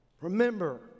remember